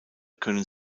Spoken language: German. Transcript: können